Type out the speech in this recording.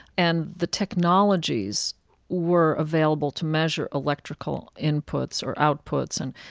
and the technologies were available to measure electrical inputs or outputs and